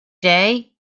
day